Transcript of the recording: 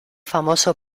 famoso